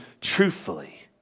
truthfully